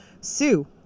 sue